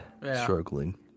struggling